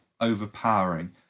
overpowering